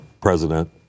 president